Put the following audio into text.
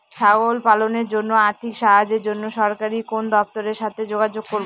ছাগল পালনের জন্য আর্থিক সাহায্যের জন্য সরকারি কোন দপ্তরের সাথে যোগাযোগ করব?